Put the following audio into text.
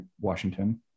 Washington